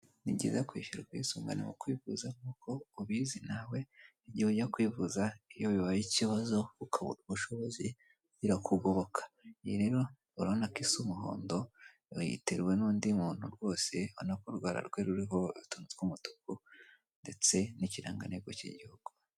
Iki ni cyumba cy'inama kirimo abantu benshi batandukanye, inyuma hari ibara ry'ubururu bicaye bose ku ntebe nziza cyane, kandi imbere yabo bose bafite indangururamajwi kugirango baze kumvikana, imbere yabo hari uyoboye iyi nama wambaye ikote ry'umukara ndetse n'ishati y'umweru ari kuvugira mu ndangururamajwi kugira ngo abakurikiye inama bose babashe kumwumva.